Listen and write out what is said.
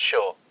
Sure